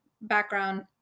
background